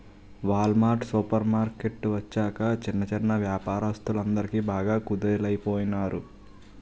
wall mart supermarket వచ్చాక చిన్న చిన్నా వ్యాపారస్తులందరు బాగా కుదేలయిపోనారు